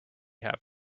have